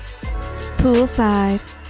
Poolside